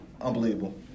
Unbelievable